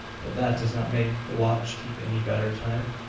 but that does not make the watch keep any better time.